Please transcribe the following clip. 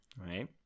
right